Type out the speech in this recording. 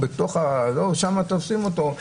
שם תופסים אותו.